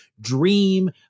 dream